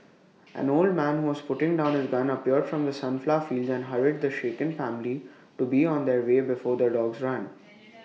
an old man who was putting down his gun appeared from the sunflower fields and hurried the shaken family to be on their way before the dogs run